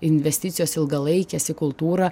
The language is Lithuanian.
investicijos ilgalaikės į kultūrą